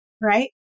right